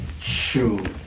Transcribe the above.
Shoot